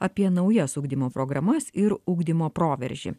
apie naujas ugdymo programas ir ugdymo proveržį